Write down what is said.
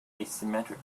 asymmetric